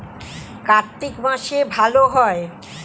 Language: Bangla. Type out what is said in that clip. কার্তিক মাসে ভালো হয়?